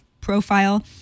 profile